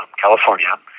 California